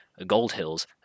Goldhill's